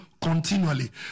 continually